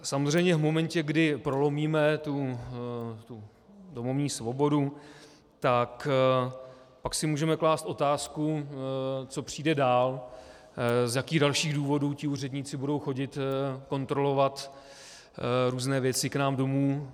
Samozřejmě v momentě, kdy prolomíme domovní svobodu, tak pak si můžeme klást otázku, co přijde dál, z jakých dalších důvodů ti úředníci budou chodit kontrolovat různé věci k nám domů.